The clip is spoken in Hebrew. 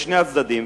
לשני הצדדים,